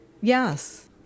Yes